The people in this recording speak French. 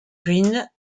ruine